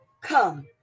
come